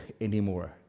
anymore